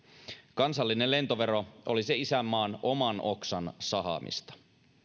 kansallinen lentovero olisi isänmaan oman oksan sahaamista